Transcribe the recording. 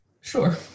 Sure